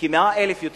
כ-100,000,